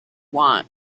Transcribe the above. want